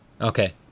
Okay